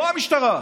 לא המשטרה.